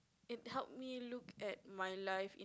it helped me look at my life